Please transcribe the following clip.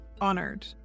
honored